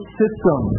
system